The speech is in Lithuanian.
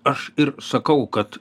aš ir sakau kad